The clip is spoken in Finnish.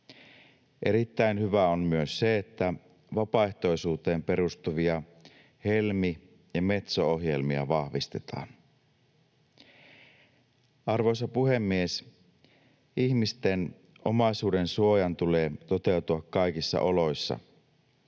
Erittäin hyvää on myös se, että vapaaehtoisuuteen perustuvia Helmi- ja Metso-ohjelmia vahvistetaan. Arvoisa puhemies! Ihmisten omaisuudensuojan tulee toteutua kaikissa oloissa.